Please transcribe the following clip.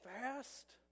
fast